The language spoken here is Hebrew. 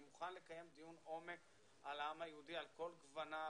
אני מוכן לקיים דיון עומק על העם היהודי על כל גווניו,